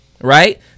right